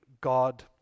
God